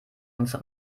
uns